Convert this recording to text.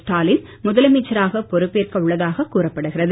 ஸ்டாலின் முதலமைச்சராக பொறுப்பேற்க உள்ளதாக கூறப்படுகிறது